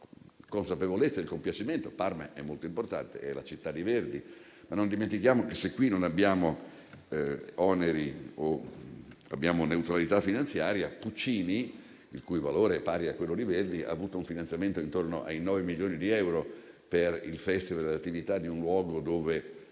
consapevolezza e il compiacimento del fatto che Parma è molto importante, perché è la città di Verdi. Non dimentichiamo però che, se qui non abbiamo oneri o abbiamo neutralità finanziaria, per Puccini, il cui valore è pari a quello di Verdi, è stato stanziato un finanziamento intorno ai 9 milioni di euro per il *festival* e l'attività di un luogo,